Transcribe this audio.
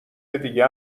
دیگه